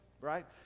right